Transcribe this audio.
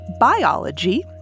biology